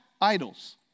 idols